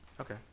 Okay